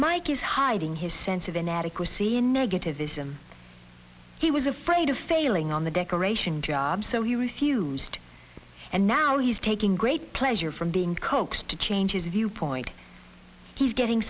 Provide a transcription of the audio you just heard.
mike is hiding his sense of inadequacy in negativism he was afraid of failing on the decoration job so he refused and now he's taking great pleasure from being coaxed to change his viewpoint he's getting